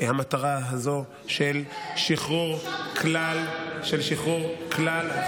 המטרה הזו של שחרור כלל, בושה וחרפה, שלום לעזה.